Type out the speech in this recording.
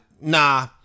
Nah